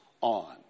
on